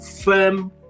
firm